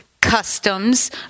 customs